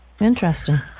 Interesting